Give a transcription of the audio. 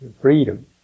freedom